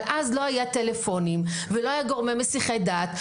אבל אז לא היו טלפונים ולא היו גורמים משיחי דעת.